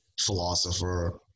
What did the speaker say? philosopher